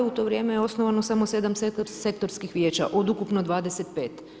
U to vrijeme je osnovano samo 7 sektorskih vijeća od ukupno 25.